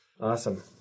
Awesome